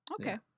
Okay